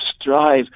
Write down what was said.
strive